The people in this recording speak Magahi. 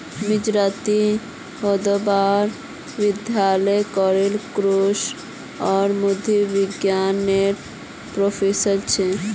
मिश्राजी हैदराबाद विश्वविद्यालय लेरे कृषि और मुद्रा विज्ञान नेर प्रोफ़ेसर छे